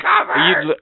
cover